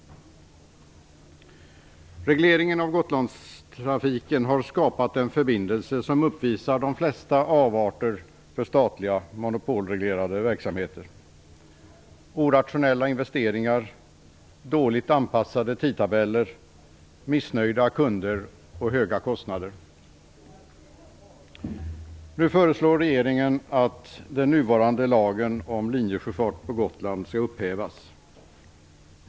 Regleringen av Gotlandstrafiken har skapat en förbindelse som uppvisar de flesta avarter för statliga monopolreglerade verksamheter, nämligen orationella investeringar, dåligt anpassade tidtabeller, missnöjda kunder och höga kostnader. Nu föreslår regeringen att den nuvarande lagen om linjesjöfart på Gotland skall upphävas.